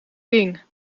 ding